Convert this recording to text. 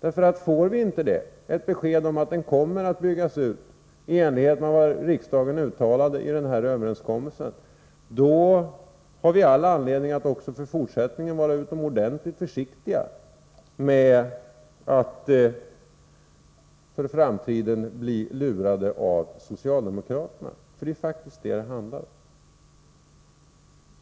Om vi inte får ett besked om att den kommer att byggas ut i enlighet med vad riksdagen uttalade i överenskommelsen, har vi all anledning att också i fortsättningen vara utomordentligt försiktiga med att för framtiden bli lurade av socialdemokraterna. Det är faktiskt detta